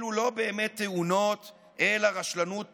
אלה לא באמת תאונות אלא רשלנות פושעת,